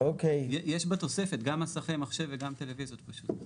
יש בתוספת גם מסכי מחשב וגם טלוויזיות פשוט.